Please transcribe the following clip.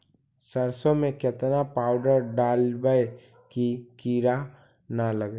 सरसों में केतना पाउडर डालबइ कि किड़ा न लगे?